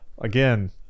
again